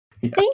Thank